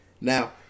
Now